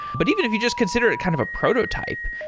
but even if you just consider it kind of a prototype,